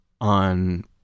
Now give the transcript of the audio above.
on